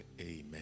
Amen